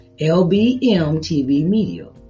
lbmtvmedia